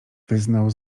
wyznał